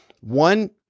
one